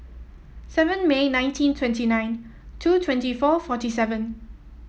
seven May nineteen twenty nine two twenty four forty seven